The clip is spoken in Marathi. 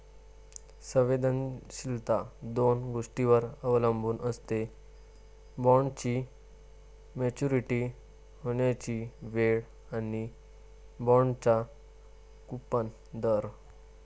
संवेदनशीलता दोन गोष्टींवर अवलंबून असते, बॉण्डची मॅच्युरिटी होण्याची वेळ आणि बाँडचा कूपन दर